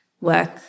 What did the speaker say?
work